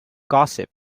gossip